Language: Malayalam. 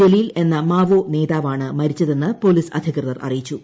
ജലീൽ എന്ന മാവോ നേതാവ് ആണ് മരിച്ചതെന്ന് പോലീസ് അധികൃതർ അറിയിച്ചു